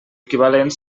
equivalent